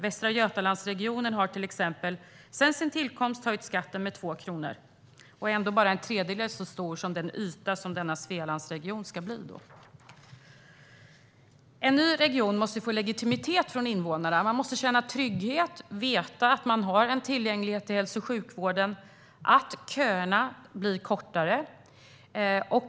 Västra Götalandsregionen har till exempel sedan sin tillkomst höjt skatten med 2 kronor. Ändå är den regionen till ytan bara en tredjedel så stor som Svealandsregionen ska bli. En ny region måste ha legitimitet hos invånarna. De måste känna trygghet och veta att de har en tillgänglighet till hälso och sjukvården och att köerna blir kortare.